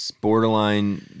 borderline